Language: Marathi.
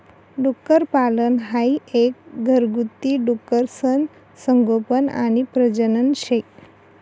डुक्करपालन हाई एक घरगुती डुकरसनं संगोपन आणि प्रजनन शे